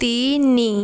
ତିନି